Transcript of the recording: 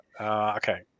okay